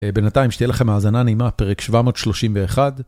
בינתיים שתהיה לכם האזנה נעימה, פרק 731.